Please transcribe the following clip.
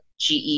GE